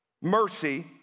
mercy